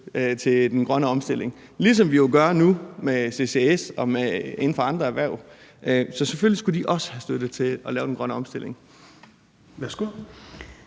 til den grønne omstilling, ligesom vi jo gør nu med CCS og inden for andre erhverv. Så selvfølgelig skulle de også have støtte til at lave den grønne omstilling.